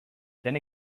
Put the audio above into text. then